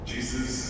Jesus